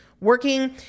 working